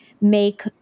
make